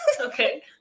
Okay